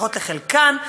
לפחות לחלקן.